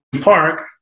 Park